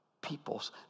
peoples